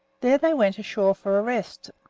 there they went ashore for a rest,